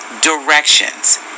directions